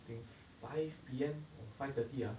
its five P_M or five thirty ah